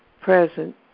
present